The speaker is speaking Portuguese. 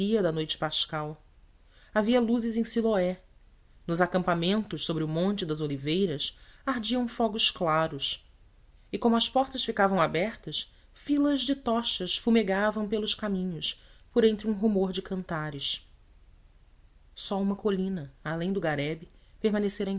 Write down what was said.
alegria da noite pascal havia luzes em siloé nos acampamentos sobre o monte das oliveiras ardiam fogos claros e como as portas ficavam abertas filas de tochas fumegavam pelos caminhos por entre um rumor de cantares só uma colina além do garebe permanecera